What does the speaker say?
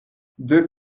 deux